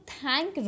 thank